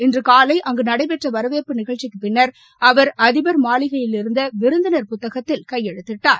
இன்று காலை அங்கு நடைபெற்ற வரவேற்பு நிகழ்ச்சிக்கு பின்னர் அவர் அதிபர் மாளிகையிலிருந்த விருந்தினர் புத்தகத்தில் கையெழுத்திட்டார்